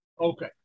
Okay